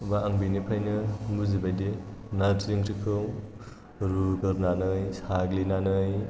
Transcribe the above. होनबा आं बेनिफ्रायनो बुजिबायदि नारजि ओंख्रिखौ रुग्रोनानै साग्लिनानै